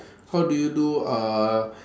how do you do uh